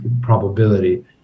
probability